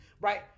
Right